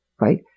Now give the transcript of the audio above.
Right